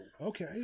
Okay